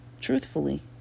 truthfully